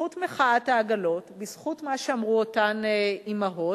בזכות מחאת העגלות, בזכות מה שאמרו אותן אמהות,